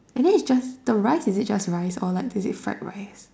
and then is just the rice is it just rice or like is it fried rice